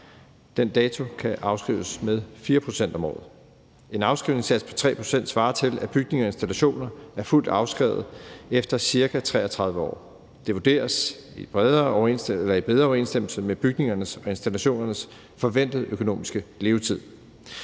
den dato, kan afskrives med 4 pct. om året. En afskrivningssats på 3 pct. svarer til, at bygninger og installationer er fuldt afskrevet efter ca. 33 år. Det vurderes at være i bedre overensstemmelse med bygningernes og institutionernes forventede økonomiske levetid.